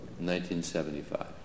1975